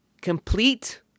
complete